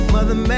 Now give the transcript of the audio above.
Mother